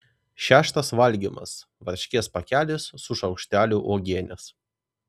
šeštas valgymas varškės pakelis su šaukšteliu uogienės